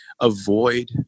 avoid